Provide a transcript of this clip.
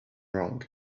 wrong